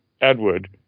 Edward